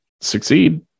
succeed